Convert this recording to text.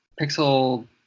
Pixel